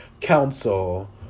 council